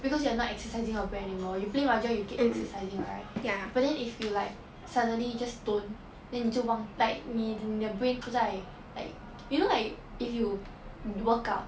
because you are not exercising your brain anymore you play mahjong you keep exercising right but then if you like suddenly you just don't then 你就忘 like 你的 brain 不再 like you know like if you work out